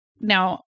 now